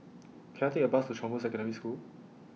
Can I Take A Bus to Chong Boon Secondary School